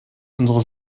unsere